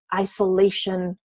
isolation